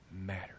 matter